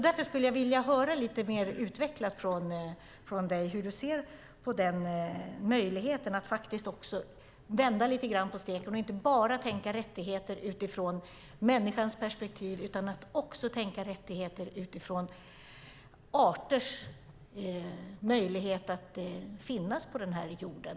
Därför skulle jag vilja höra dig utveckla hur du ser på möjligheten att vända lite grann på steken och inte bara tänka rättigheter utifrån människans perspektiv utan också tänka rättigheter utifrån arters möjlighet att finnas på jorden.